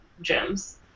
Gems